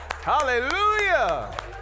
Hallelujah